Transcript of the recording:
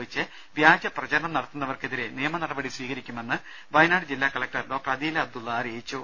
യോഗിച്ച് വ്യാജ പ്രചരണം നടത്തുന്നവർക്കെതിരെ നിയമനടപടി സ്ഥീകരി ക്കുമെന്ന് വയനാട് ജില്ലാ കലക്ടർ ഡോക്ടർ അദീല അബ്ദുള്ള അറിയിച്ചു